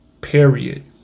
period